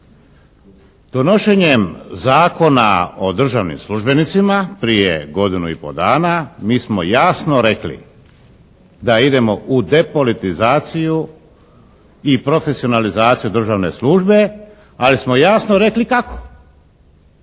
Donošenjem Zakona o državnim službenicima prije godinu i pol dana mi smo jasno rekli da idemo u depolitizaciju i profesionalizaciju državne službe ali smo jasno rekli kako.